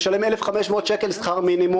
שמשלם 1,500 שקל לחודש שכר מינימום.